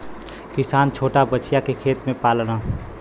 किसान छोटा बछिया के खेत में पाललन